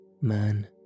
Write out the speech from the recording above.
Man